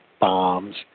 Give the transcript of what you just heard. bombs